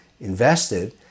invested